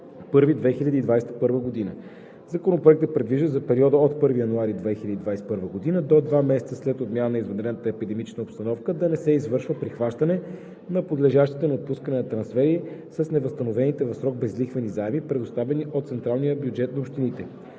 2021 г. Законопроектът предвижда за периода от 1 януари 2021 г. до два месеца след отмяна на извънредната епидемична обстановка да не се извършва прихващане на подлежащите на отпускане трансфери с невъзстановените в срок безлихвени заеми, предоставени от централния